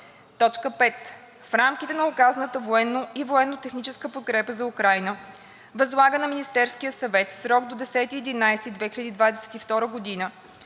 5. В рамките на оказваната военна и военно-техническа подкрепа за Украйна възлага на Министерския съвет в срок до 10.11.2022 г.